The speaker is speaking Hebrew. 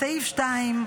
בסעיף 2,